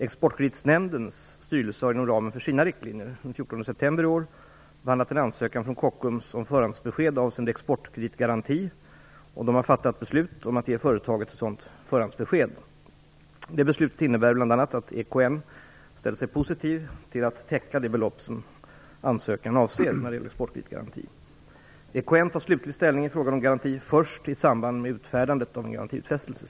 Exportkreditnämndens styrelse har inom ramen för sina riktlinjer den 14 september i år behandlat en ansökan från Kockums om förhandsbesked avseende exportkreditgaranti och därvid fattat beslut om att ge företaget ett sådant förhandsbesked. Beslutet innebär bl.a. att EKN ställt sig positiv till att täcka det belopp som ansökan avser när det gäller exportkreditgaranti. EKN tar slutlig ställning i frågan om garanti först i samband med utfärdandet av en garantiutfästelse.